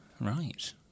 Right